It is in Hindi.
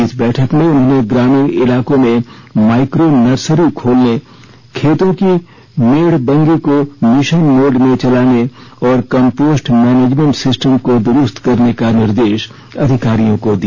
इस बैठक में उन्होंने ग्रामीण इलाकों में माइक्रो नर्सरी खोलने खेतों की मेढ़बंगी को मिशन मोड में चलाने और कंपोस्ट मैनेजमेंट सिस्टम को द्रुस्त करने का निर्देश अधिकारियों को दिया